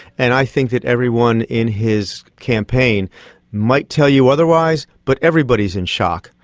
and i think that everyone in his campaign might tell you otherwise, but everybody is in shock.